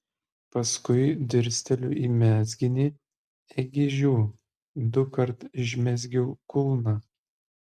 paskui dirsteliu į mezginį ėgi žiū dukart išmezgiau kulną